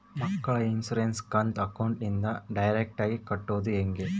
ಮಕ್ಕಳ ಇನ್ಸುರೆನ್ಸ್ ಕಂತನ್ನ ಅಕೌಂಟಿಂದ ಡೈರೆಕ್ಟಾಗಿ ಕಟ್ಟೋದು ಹೆಂಗ?